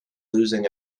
losing